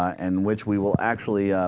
and which we will actually